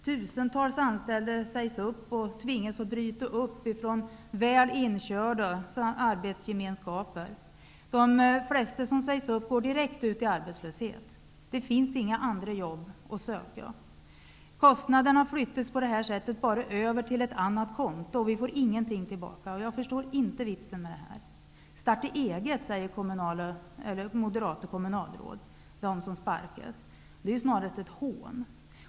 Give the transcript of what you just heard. Tusentals anställda sägs upp och tvingas bryta upp från väl inkörda arbetsgemenskaper. De flesta av dem som sägs upp går direkt ut i ar betslöshet. Det finns inga jobb att söka. Kostnaderna flyttas på det här sättet bara över till ett annat konto, och vi får ingenting tillbaka. Jag förstår inte vitsen med detta. Starta eget! Det är vad moderata kommunalråd säger till dem som sparkas. Men det är snarast ett hån.